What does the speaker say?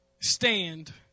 stand